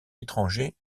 étranger